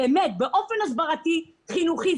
הסברתית-חינוכית,